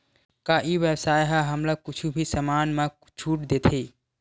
का ई व्यवसाय ह हमला कुछु भी समान मा छुट देथे?